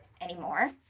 anymore